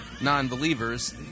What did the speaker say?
non-believers